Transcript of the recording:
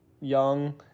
young